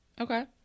Okay